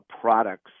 products